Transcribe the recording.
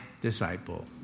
disciple